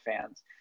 fans